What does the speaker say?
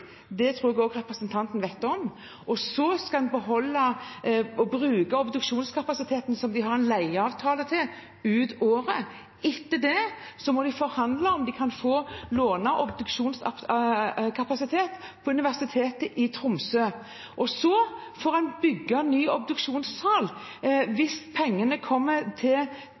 Det tror jeg også representanten vet om. Og så skal en beholde og bruke obduksjonskapasiteten som de har en leieavtale på, ut året. Etter det må de forhandle om å få låne obduksjonskapasitet på Universitetet i Tromsø. Og så får en bygge ny obduksjonssal hvis pengene kommer til